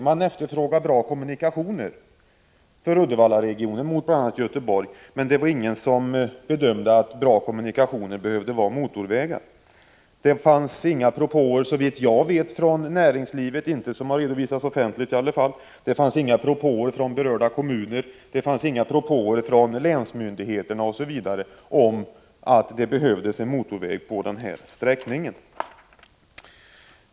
Man efterfrågade bra kommunikationer för Uddevallaregionen, emot bl.a. Göteborg. Men det var ingen som bedömde att bra kommunikationer behövde vara bra motorvägar. Såvitt jag vet fanns det inga propåer från näringslivet — i alla fall inga som har redovisats offentligt — eller från berörda kommuner, länsmyndigheter osv., om att det behövdes en motorväg på den här sträckningen.